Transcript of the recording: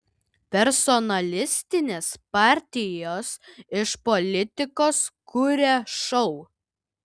personalistinės partijos iš politikos kuria šou